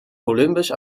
columbus